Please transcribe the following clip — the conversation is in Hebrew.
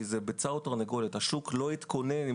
כי זה ביצה ותרנגולת: השוק לא יתכונן אם